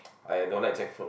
I don't like jackfruit